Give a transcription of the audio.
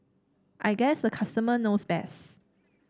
I guess the customer knows best